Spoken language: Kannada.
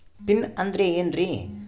ಪಿನ್ ಅಂದ್ರೆ ಏನ್ರಿ?